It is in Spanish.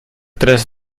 tres